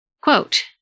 Quote